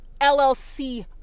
LLC